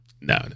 No